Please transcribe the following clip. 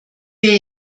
wir